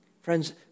Friends